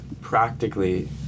Practically